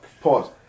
Pause